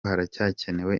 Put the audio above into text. haracyakenewe